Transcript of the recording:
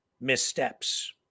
Missteps